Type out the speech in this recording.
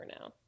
now